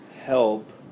help